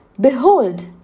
Behold